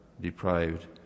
deprived